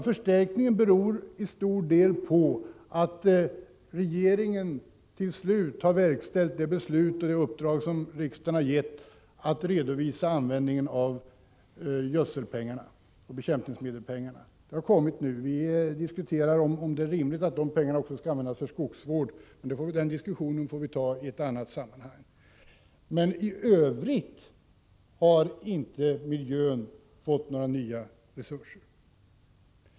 Men förstärkningen beror till stor del på att regeringen till slut verkställt det uppdrag riksdagen gett regeringen att redovisa användningen av gödselpengarna och bekämpningsmedelspengarna. Vi har diskuterat om det är rimligt att dessa pengar också skall användas till skogsvård, men den diskussionen får vi fortsätta i ett annat sammanhang. I övrigt har dock miljön inte fått några nya resurser.